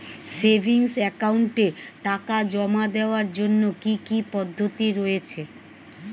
Savings একাউন্টে টাকা জমা দেওয়ার জন্য কি কি পদ্ধতি রয়েছে?